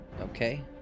Okay